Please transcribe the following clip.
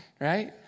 right